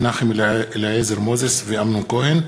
מנחם אליעזר מוזס ואמנון כהן,